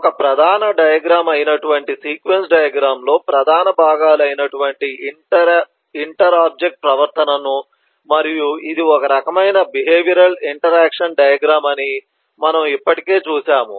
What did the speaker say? ఒక ప్రధాన డయాగ్రమ్ అయినటువంటి సీక్వెన్స్ డయాగ్రమ్ లో ప్రధాన భాగాలు అయినటువంటి ఇంటర్ ఆబ్జెక్ట్ ప్రవర్తనను మరియు ఇది ఒక రకమైన బిహేవియరల్ ఇంటరాక్షన్ డయాగ్రమ్ అని మనం ఇప్పటికే చూశాము